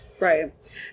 Right